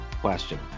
question